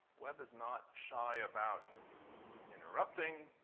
webb is not shy about interrupting.